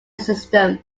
system